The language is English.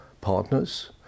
partners